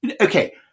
Okay